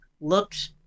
looked